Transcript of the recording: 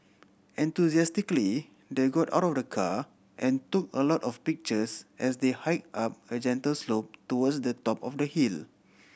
enthusiastically they got out of the car and took a lot of pictures as they hike up a gentle slope towards the top of the hill